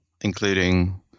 including